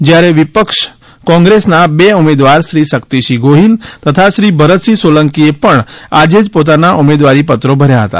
જયારે વિપક્ષ કોંગ્રેસના બે ઉમેદવાર શ્રી શક્તિસિંહ ગોહિલ તથા શ્રી ભરતસિંહ સોલંકીએ પણ આજે જ પોતાના ઉમેદવારીપત્રો ભર્યા હતા